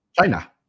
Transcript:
China